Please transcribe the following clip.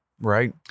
right